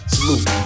Salute